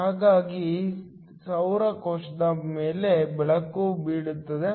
ಹಾಗಾಗಿ ಸೌರ ಕೋಶದ ಮೇಲೆ ಬೆಳಕು ಬೀಳುತ್ತದೆ